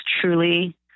truly